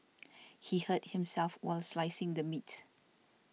he hurt himself while slicing the meat